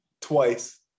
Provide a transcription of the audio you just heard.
twice